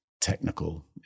technical